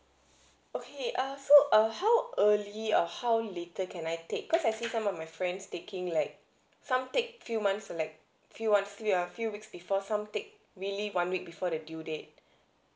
okay uh so err how early or how later can I take cause I see some of my friends taking like some take few months and like few once err few weeks before some take one week before the due date